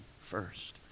first